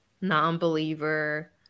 non-believer